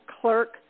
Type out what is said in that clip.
clerk